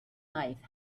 life